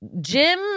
Jim